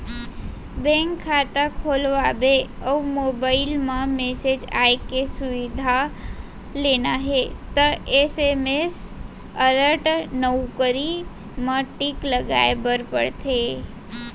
bank खाता खोलवाबे अउ मोबईल म मेसेज आए के सुबिधा लेना हे त एस.एम.एस अलर्ट नउकरी म टिक लगाए बर परथे